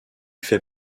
fait